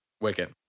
Wicked